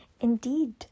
indeed